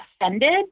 offended